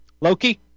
Loki